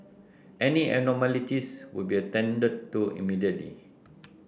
any abnormalities would be attended to immediately